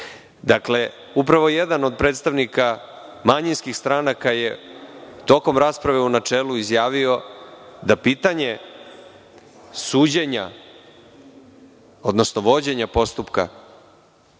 upravo jedan od predstavnika manjinskih stranaka je tokom rasprave u načelu izjavio da pitanje suđenja, odnosno vođenja postupka